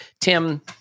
Tim